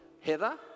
Heather